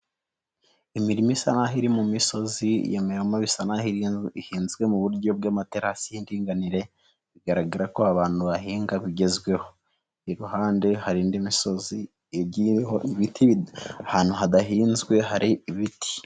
Imirima isa nkaho iri mu misozi iyo mirima bisa nkaho ihinzwe mu buryo bw'amaterasi y'indinganire bigaragara ko abantu bahinga bigezweho iruhande hari indi misozi igi ibiti ahantu hadahinzwe hari ibiti.